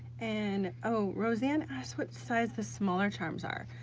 and, oh rosanna asks what size the smaller charms are.